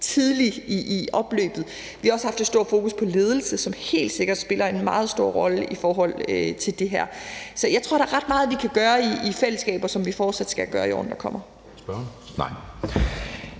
tidligt i opløbet. Vi har også haft et stort fokus på ledelse, som helt sikkert spiller en meget stor rolle i forhold til det her. Så jeg tror, der er ret meget, vi kan gøre i fællesskab, og som vi fortsat skal gøre i årene, der kommer.